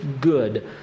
good